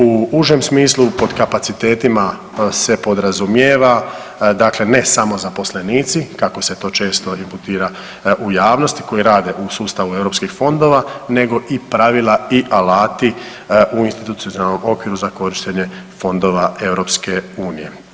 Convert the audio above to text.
U užem smislu pod kapacitetima se podrazumijeva dakle ne samo zaposlenici kako se to često imputira u javnosti koji rade u sustavu europskih fondova, nego i pravila i alati u institucionalnom okviru za korištenje fondova Europske unije.